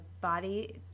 body